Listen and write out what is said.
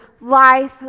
life